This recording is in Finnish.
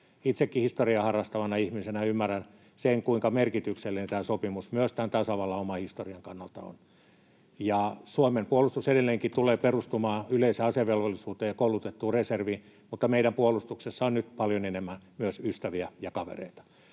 Itsekin historiaa harrastavana ihmisenä ymmärrän sen, kuinka merkityksellinen tämä sopimus myös tämän tasavallan oman historian kannalta on. Suomen puolustus edelleenkin tulee perustumaan yleiseen asevelvollisuuteen ja koulutettuun reserviin, mutta meidän puolustuksessa on nyt paljon enemmän myös ystäviä ja kavereita.